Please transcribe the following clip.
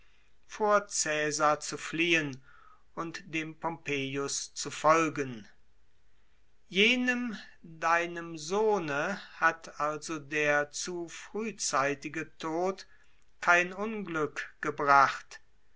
vor cäsar zu fliehen und dem pompejus zu folgen jenem hat also der zu frühzeitige tod kein unglück gebracht